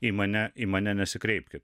į mane į mane nesikreipkit